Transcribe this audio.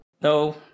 No